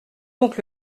donc